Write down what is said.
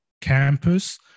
campus